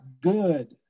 good